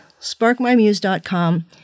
sparkmymuse.com